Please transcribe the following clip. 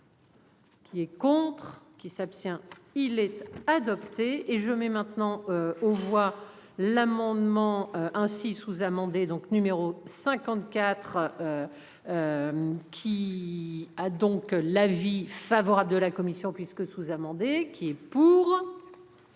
Qui est contre qui s'abstient-il être adopté. Et je mets maintenant aux voix l'amendement ainsi sous-amendé donc numéro 54. Qui a donc l'avis favorable de la commission puisque sous-amendé qui est. Pour.